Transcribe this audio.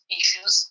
issues